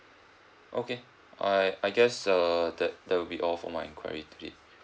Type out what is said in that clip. okay I I guess err that that will be all for my enquiry today